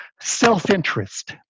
self-interest